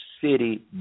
city